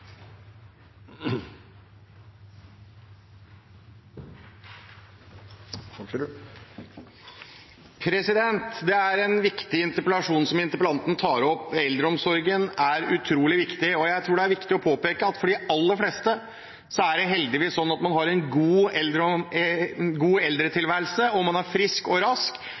til heis. Det er en viktig interpellasjon interpellanten tar opp. Eldreomsorgen er utrolig viktig. Jeg tror det er viktig å påpeke at for de aller fleste er det heldigvis slik at man har en god eldretilværelse. Man er frisk og rask